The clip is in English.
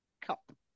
cup